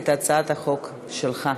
כי הונחה היום על שולחן הכנסת,